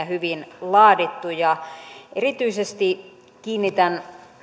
hyvin laadittu erityisesti kiinnitän